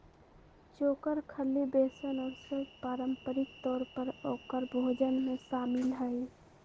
चोकर, खल्ली, बेसन और सब पारम्परिक तौर पर औकर भोजन में शामिल हई